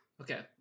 Okay